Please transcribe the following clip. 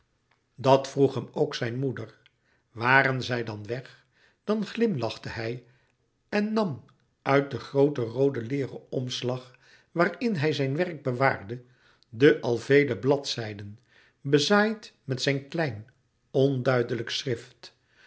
dat vroeg hem ook zijn moeder waren zij dan weg dan glimlachte hij en nam uit den grooten rooden leêren omslag waarin hij zijn werk bewaarde de al vele bladzijden bezaaid met zijn klein onduidelijk schrift